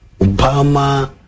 Obama